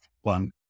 one